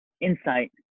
insight